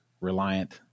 reliant